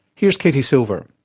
here's katie silver.